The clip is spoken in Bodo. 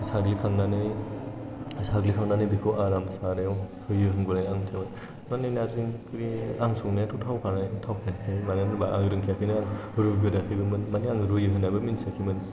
साग्लिखांनानै बेखौ आराम सारायाव होयो होनबालाय आंथ' माने नारजि ओंख्रि आं संनायाथ' थावखायाखै मानो होनबा आं रोंखायाखैनो आरो रुग्रोआखैबोमोन माने आं रुयो होननानैबो मिन्थियाखैमोन